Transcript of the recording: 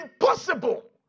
impossible